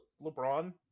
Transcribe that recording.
LeBron-